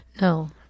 No